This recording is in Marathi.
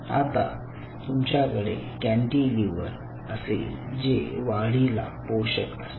आता तुमच्याकडे कॅन्टीलिव्हर असेल जे वाढीला पोषक असतात